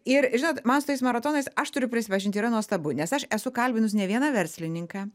ir žinot man su tais maratonais aš turiu prisipažint yra nuostabu nes aš esu kalbinus ne vieną verslininką